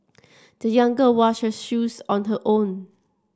the young girl washed her shoes on her own